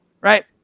right